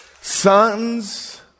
Sons